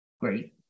great